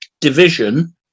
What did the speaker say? division